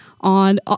on